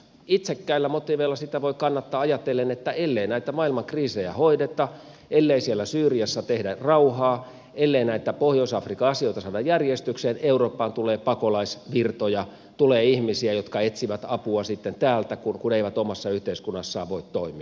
itsekkäillä motiiveilla sitä voi kannattaa ajatellen että ellei näitä maailman kriisejä hoideta ellei siellä syyriassa tehdä rauhaa ellei näitä pohjois afrikan asioita saada järjestykseen eurooppaan tulee pakolaisvirtoja tulee ihmisiä jotka etsivät apua sitten täältä kun eivät omassa yhteiskunnassaan voi toimia